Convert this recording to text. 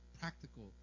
practical